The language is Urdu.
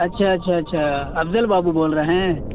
اچھا اچھا اچھا افضل بابو بول رہے ہیں